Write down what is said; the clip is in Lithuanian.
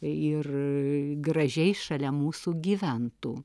ir gražiai šalia mūsų gyventų